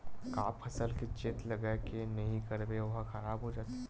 का फसल के चेत लगय के नहीं करबे ओहा खराब हो जाथे?